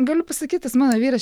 galiu pasakyti tas mano vyras